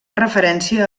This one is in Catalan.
referència